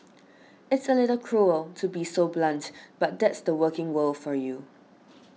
it's a little cruel to be so blunt but that's the working world for you